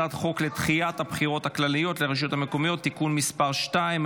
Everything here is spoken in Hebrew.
הצעת חוק לדחיית הבחירות הכלליות לרשויות המקומיות (תיקון מס' 2),